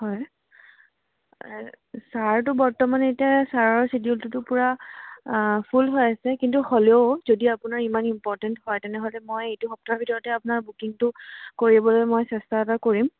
হয় ছাৰতো বৰ্তমান এতিয়া ছাৰৰ শ্বিডিউলটোতো পুৰা ফুল হৈ আছে কিন্তু হ'লেও যদি আপোনাৰ ইমান ইম্পৰ্টেণ্ট হয় তেনেহ'লে মই এইটো সপ্তাহৰ ভিতৰতে আপোনাৰ বুকিঙটো কৰিবলৈ মই চেষ্টা এটা কৰিম